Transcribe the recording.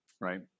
right